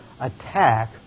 attack